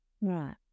Right